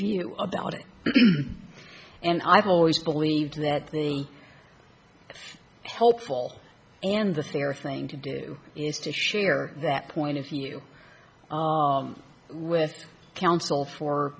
view about it and i've always believed that the helpful and the three or thing to do is to share that point of view with counsel for